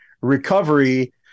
recovery